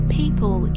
people